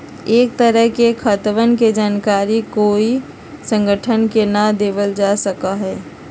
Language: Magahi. सब तरह के खातवन के जानकारी ककोई संगठन के ना देवल जा सका हई